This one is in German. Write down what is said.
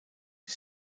die